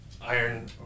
Iron